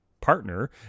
partner